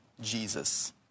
Jesus